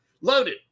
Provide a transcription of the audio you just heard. loaded